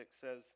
says